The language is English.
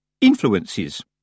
influences